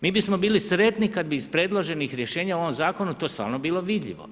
Mi bi smo bili sretni kad bi iz predloženih rješenja u ovom zakonu to stvarno bilo vidljivo.